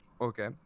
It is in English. okay